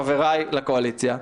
חבריי לקואליציה,